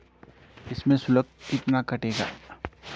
इसमें शुल्क कितना कटेगा?